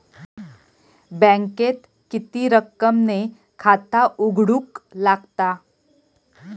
बँकेत किती रक्कम ने खाता उघडूक लागता?